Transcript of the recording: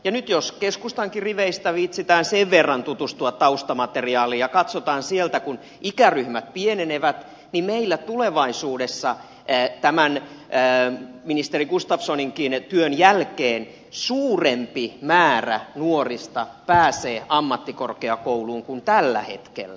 nyt jos keskustankin riveistä viitsitään sen verran tutustua taustamateriaaliin ja katsotaan sieltä että kun ikäryhmät pienenevät niin meillä tulevaisuudessa tämän ministeri gustafssoninkin työn jälkeen suurempi määrä nuorista pääsee ammattikorkeakouluun kuin tällä hetkellä